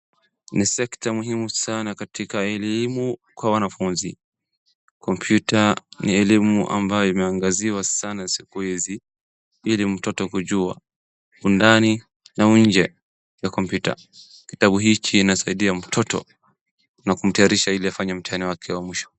Ni sekta muhimu sana katika elimu kwa wanafunzi. Kompyuta ni elimu ambayo imeangaziwa sana siku hizi ili mtoto kujua undani na unje ya kompyuta. Kitabu hichi inasaidia mtot na kumtayarisha iliafanye mtihani wake wa mwisho.